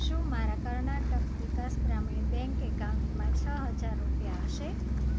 શું મારા કર્ણાટક વિકાસ ગ્રામીણ બેંક એકાઉન્ટમાં છ હજાર રૂપિયા હશે